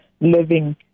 living